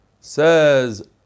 says